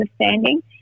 understanding